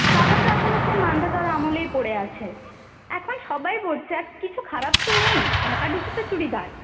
বাবা তো এখনো সেই মান্ধাতার আমলে পড়ে আছে এখন সবাই পরছে আর কিছু খারাপ তো নেই ঢাকাঢুকি তো চুড়িদার